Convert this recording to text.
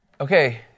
Okay